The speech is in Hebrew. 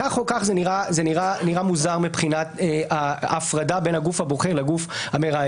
כך או כך זה נראה מוזר מבחינת ההפרדה בין הגוף הבוחר לגוף המראיין.